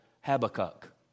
Habakkuk